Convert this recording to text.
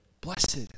Blessed